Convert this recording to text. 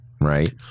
right